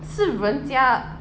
是人家